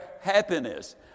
happiness